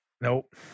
Nope